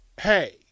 hey